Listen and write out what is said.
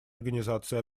организации